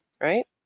right